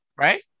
right